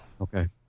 Okay